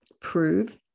prove